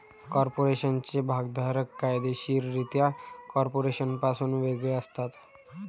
कॉर्पोरेशनचे भागधारक कायदेशीररित्या कॉर्पोरेशनपासून वेगळे असतात